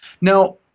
Now